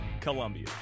Columbia